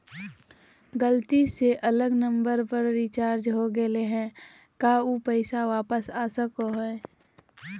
गलती से अलग नंबर पर रिचार्ज हो गेलै है का ऊ पैसा वापस आ सको है?